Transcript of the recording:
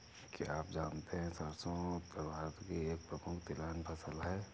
क्या आप जानते है सरसों उत्तर भारत की एक प्रमुख तिलहन फसल है?